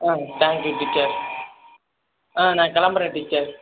ah thank you teacher ஆ நான் கிளம்புறேன் டீச்சர்